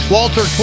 Walter